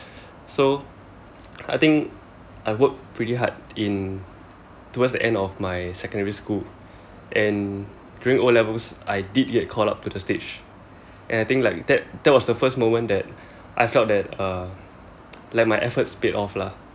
so I think I worked pretty hard in towards the end of my secondary school and during O levels I did get called up to the stage and I think like that that was the first moment that I felt that uh like my efforts paid off lah